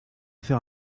faire